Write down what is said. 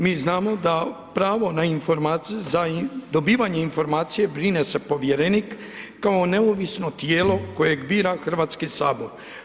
Mi znamo da pravo za dobivanje informacija brine se povjerenik kao neovisno tijelo kojeg bira Hrvatski sabor.